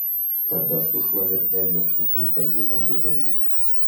tada sušlavė edžio sukultą džino butelį